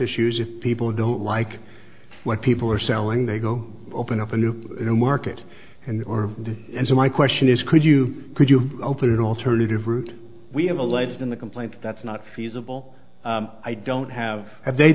issues if people don't like what people are selling they go open up a new market and or does and so my question is could you could you open an alternative route we have alleged in the complaint that's not feasible i don't have have they